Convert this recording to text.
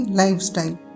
lifestyle